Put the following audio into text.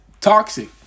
toxic